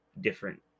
different